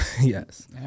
yes